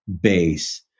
base